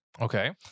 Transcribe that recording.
okay